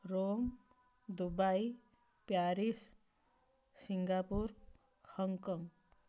Rome Dubai Paris Singapore Hong Kong